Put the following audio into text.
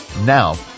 now